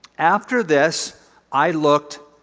after this i looked,